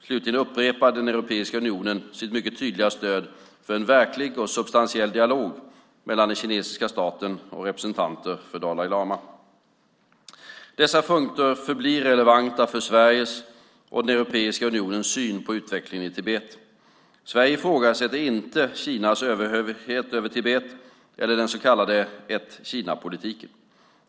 Slutligen upprepade Europeiska unionen sitt mycket tydliga stöd för en verklig och substantiell dialog mellan den kinesiska staten och representanter för Dalai lama. Dessa punkter förblir relevanta för Sveriges och Europeiska unionens syn på utvecklingen i Tibet. Sverige ifrågasätter inte Kinas överhöghet över Tibet eller den så kallade ett-Kina-politiken.